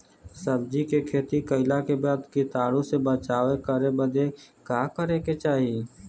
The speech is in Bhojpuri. सब्जी के खेती कइला के बाद कीटाणु से बचाव करे बदे का करे के चाही?